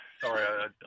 Sorry